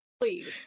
please